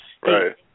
Right